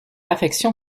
affection